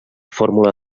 fórmula